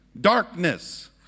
darkness